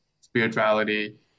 spirituality